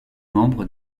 membre